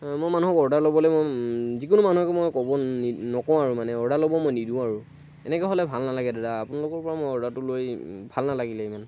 মই মানুহক অৰ্ডাৰ ল'বলৈ যিকোনো মানুহকে মই ক'ব নকওঁ আৰু মানে অৰ্ডাৰ ল'ব মই নিদিওঁ আৰু এনেকৈ হ'লে ভাল নেলাগে দাদা আপোনালোকৰ পৰা মই অৰ্ডাৰটো লৈ ভাল নেলাগিলে ইমান